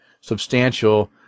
substantial